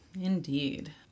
Indeed